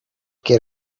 get